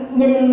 nhìn